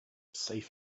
safe